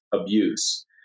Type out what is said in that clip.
abuse